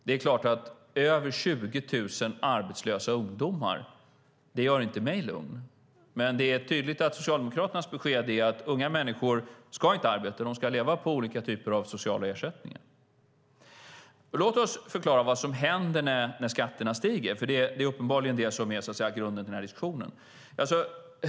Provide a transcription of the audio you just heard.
Det är klart att över 20 000 arbetslösa ungdomar inte gör mig lugn. Men det är tydligt att Socialdemokraternas besked är att unga människor inte ska arbeta, utan leva på olika typer av sociala ersättningar. Låt mig förklara vad som händer när skatterna stiger, för det är uppenbarligen det som är grunden till den här diskussionen.